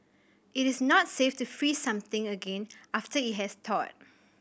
it is not safe to freeze something again after it has thawed